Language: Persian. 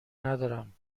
ندارم